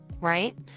Right